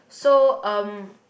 so um